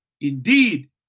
Indeed